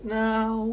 now